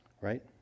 right